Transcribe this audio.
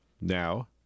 Now